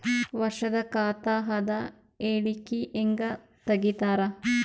ವರ್ಷದ ಖಾತ ಅದ ಹೇಳಿಕಿ ಹೆಂಗ ತೆಗಿತಾರ?